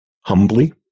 Humbly